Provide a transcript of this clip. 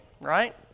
right